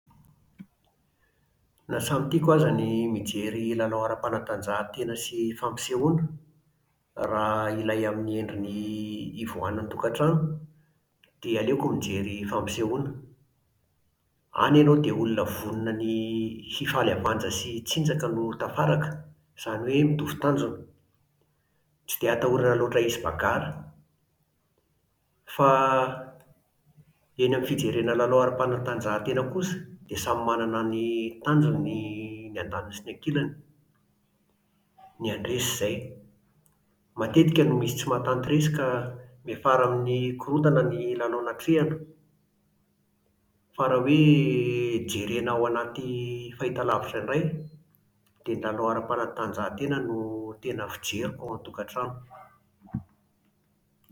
Na samy tiako aza ny mijery lalao ara-panatanjahantena sy fampisehoana, raha ilay amin'ny endriny ivoahana ny tokantrano, dia aleoko mijery fampisehoana. Any ianao dia olona vonona ny hifaly havanja sy hitsinjaka no tafaraka. Izany hoe mitovy tanjona. Tsy dia atahorana loatra hisy bagara. Fa eny amin'ny fijerena lalao ara-panatanjahantena kosa dia samy manana ny tanjony ny andaniny sy ny ankilany. Ny handresy izay. Matetika no misy tsy mahatanty resy ka miafara amin'ny korontana ny lalao natrehana. Fa raha hoe jerena ao anaty fahitalavitra indray dia ny lalao ara-panatanjahantena no tena fijeriko ao an-tokantrano.